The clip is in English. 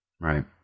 Right